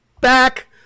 back